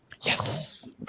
Yes